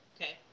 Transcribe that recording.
Okay